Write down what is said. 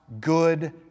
good